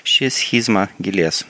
ši schizma gilės